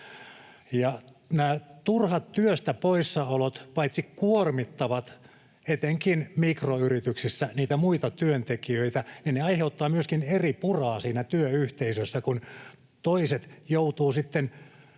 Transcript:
turhat työstä poissaolot paitsi kuormittavat etenkin mikroyrityksissä niitä muita työntekijöitä myöskin aiheuttavat eripuraa siinä työyhteisössä, kun toiset joutuvat sitten